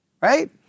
right